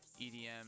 EDM